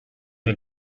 del